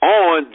on